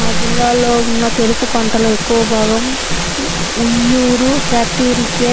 మా జిల్లాలో ఉన్న చెరుకు పంటలో ఎక్కువ భాగం ఉయ్యూరు ఫ్యాక్టరీకే